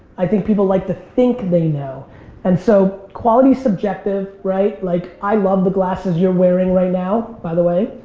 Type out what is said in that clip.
i think people like to think they know and so quality's subjective, right? like i love the glasses you're wearing right now, by the way,